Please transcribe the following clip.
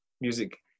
music